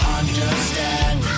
understand